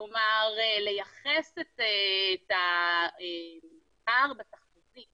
כלומר, לייחס את הפער בתחזית